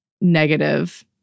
negative